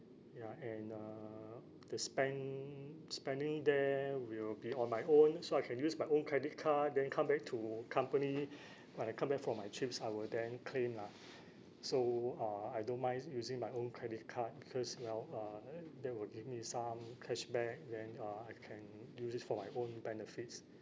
ya and uh the spen~ spending there will be on my own so I can use my own credit card then come back to company when I come back from my trips I will then claim lah so uh I don't mind using my own credit card because now uh that will give me some cashback then uh I can use it for my own benefits